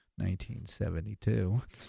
1972